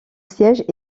siège